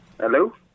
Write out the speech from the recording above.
Hello